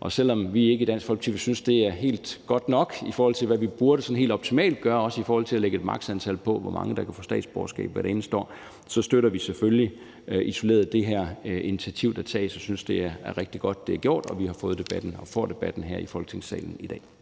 Og selv om vi i Dansk Folkeparti ikke vil synes, at det er helt godt nok, i forhold til hvad vi sådan helt optimalt også burde gøre, når det handler om at sætte et maks.-antal for, hvor mange der kan få statsborgerskab hvert eneste år, støtter vi selvfølgelig isoleret det initiativ, der tages med det her, og synes, at det er rigtig godt, at det er gjort, og at vi har fået og får debatten her i Folketingssalen i dag.